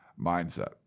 mindset